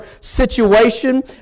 situation